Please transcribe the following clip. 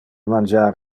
mangiar